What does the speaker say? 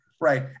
right